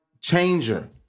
changer